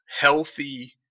healthy